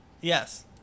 Yes